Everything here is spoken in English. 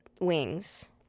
wings